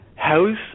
house